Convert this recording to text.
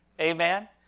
Amen